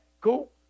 Cool